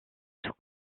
tout